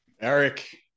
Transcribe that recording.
Eric